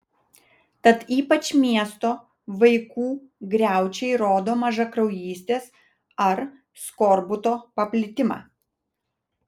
tad ypač miesto vaikų griaučiai rodo mažakraujystės ar skorbuto paplitimą